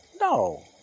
No